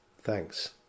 thanks